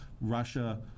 russia